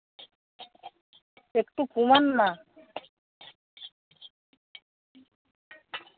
একটু কমান না